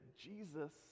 Jesus